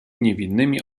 niewinnymi